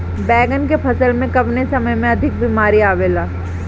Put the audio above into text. बैगन के फसल में कवने समय में अधिक बीमारी आवेला?